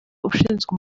ushinzwe